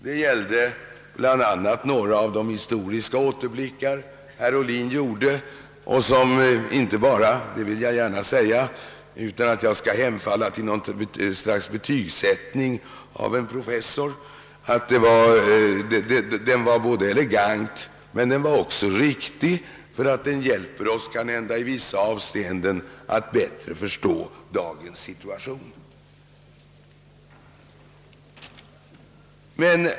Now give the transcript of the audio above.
Det gällde bl.a. några av de historiska återblickar som herr Ohlin gjorde. Utan att vilja hemfalla till någon betygsättning av en professor måste jag säga att hans framställning var både elegant och riktig och att den kanhända hjälper oss att i vissa avseenden bättre förstå dagens situation.